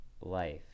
life